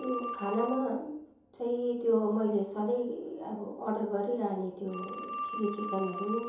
त्यो खानामा चाहिँ त्यो मैले सधैँ अब अर्डर गरिरहने त्यो चिल्ली चिकनहरू